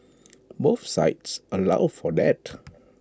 both sites allow for that